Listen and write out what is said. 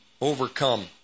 overcome